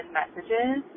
messages